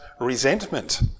resentment